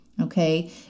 okay